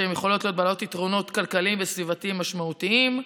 שיכולות להיות עם יתרונות כלכליים וסביבתיים משמעותיים,